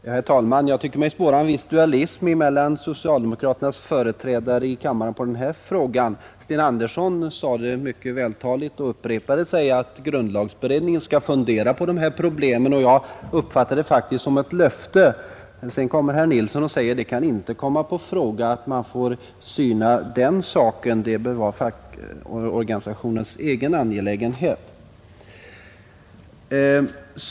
Herr talman! Jag tycker mig spåra en viss dualism mellan socialdemokraternas företrädare i kammaren i denna fråga. Herr Sten Andersson framhöll mycket vältaligt, och upprepade sig, att grundlagberedningen skall fundera på dessa problem. Jag uppfattade det faktiskt som ett löfte. Sedan sade herr Nilsson i Kalmar att det inte kan komma på fråga att beredningen får syna den saken. Det bör vara fackorganisationens egen angelägenhet.